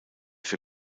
für